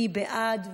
מי בעד?